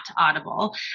audible